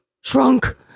shrunk